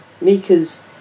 Mika's